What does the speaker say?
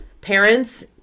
parents